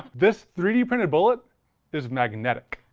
this three d printed bullet is magnetic.